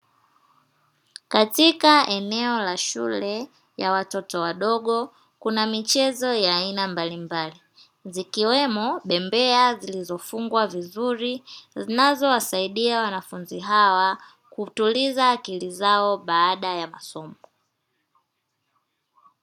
Katika eneo la shule ya watoto wadogo, kuna michezo ya aina mbalimbali zikiwemo bembea zilizofungwa vizuri, zinazowasaidia wanafunzi hawa kutuliza akili zao.